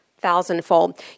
thousandfold